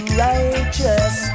righteous